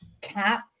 cap